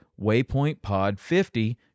waypointpod50